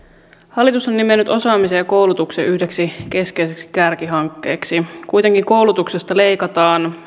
hallitus on nimennyt osaamisen ja koulutuksen yhdeksi keskeiseksi kärkihankkeeksi kuitenkin koulutuksesta leikataan